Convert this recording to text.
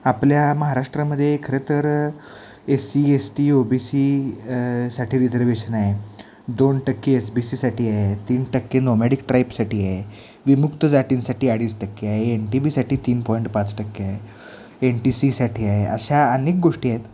आपल्या महाराष्ट्रामध्ये खरे तर S C S T O B C साठी रिजर्वेशन आहे दोन टक्के एस बी सीसाठी आहे तीन टक्के नोमॅडिक ट्राईबसाठी आहे विमुक्त जातींसाठी अडीच टक्के आहे एन टी बीसाठी तीन पॉईंट पाच टक्के आहे एन टी सीसाठी आहे अशा अनेक गोष्टी आहेत